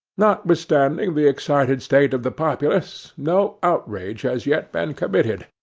notwithstanding the excited state of the populace, no outrage has yet been committed,